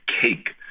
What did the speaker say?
cake